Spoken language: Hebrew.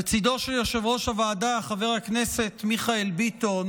לצידו של יושב-ראש הוועדה חבר הכנסת מיכאל ביטון